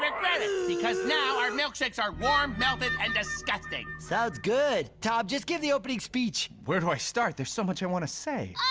because now our milkshakes are warm, melted and disgusting! sounds good. tom, just give the opening speech. where do i start? there's so much i want to say